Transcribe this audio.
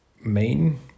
main